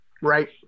Right